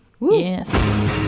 Yes